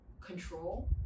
control